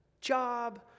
job